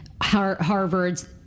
Harvards